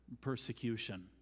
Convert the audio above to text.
persecution